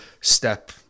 step